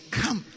come